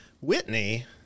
Whitney